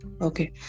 okay